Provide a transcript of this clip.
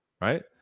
right